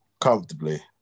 Comfortably